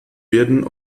werden